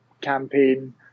campaign